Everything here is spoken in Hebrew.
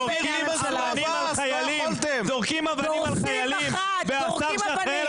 זורקים אבנים על חיילים והשר שאחראי על